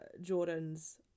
Jordan's